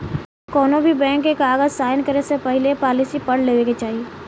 कौनोभी बैंक के कागज़ साइन करे से पहले पॉलिसी पढ़ लेवे के चाही